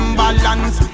balance